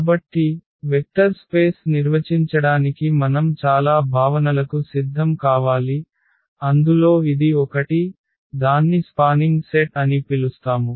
కాబట్టి vector space నిర్వచించడానికి మనం చాలా భావనలకు సిద్ధం కావాలి అందులో ఇది ఒకటి దాన్ని స్పానింగ్ సెట్ అని పిలుస్తాము